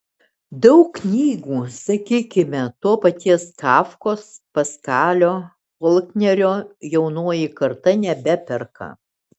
daug knygų sakykime to paties kafkos paskalio folknerio jaunoji karta nebeperka